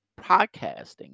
podcasting